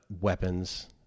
weapons